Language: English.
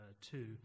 two